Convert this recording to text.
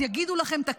אז יגידו לכם: תקשיבו,